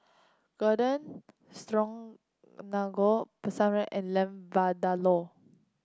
Garden Paneer and Lamb Vindaloo